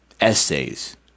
essays